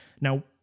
Now